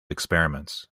experiments